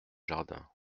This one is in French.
jardin